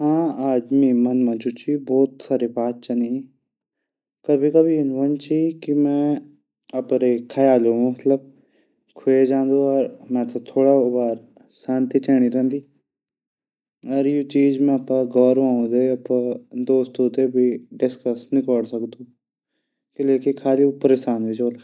हाँ आज मेरा मन मा जु ची भोत साड़ी बात चनी कभी-कभी वोंदु ची कि मैं अपरे ख़यालु मतलब मा ख्वे जांदू अर मेते उबार शांति चैंडी रैंदी अर यु चीज़ मैं अपरा घोर वाउ दे अपरा दोस्तु दे भी डिसकस नि कोर सकदु किलेकी खली उ परेशान वे जोला।